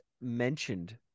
mentioned